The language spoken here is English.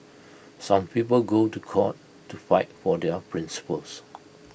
some people go to court to fight for their principles